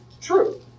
true